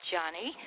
Johnny